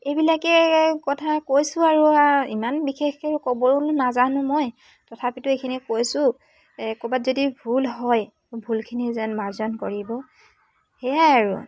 এইবিলাকেই কথা কৈছোঁ আৰু ইমান বিশেষকৈ ক'বও নাজানো মই তথাপিতো এইখিনি কৈছোঁ ক'ৰবাত যদি ভুল হয় ভুলখিনি যেন মাৰ্জনা কৰিব সেয়াই আৰু